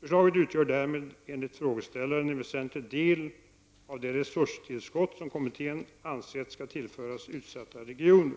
Förslaget utgör därmed enligt frågeställaren en väsentlig del av det resurstillskott som kommittén ansett skall tillföras utsatta regioner.